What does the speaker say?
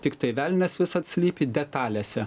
tiktai velnias visad slypi detalėse